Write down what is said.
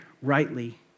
rightly